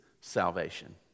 salvation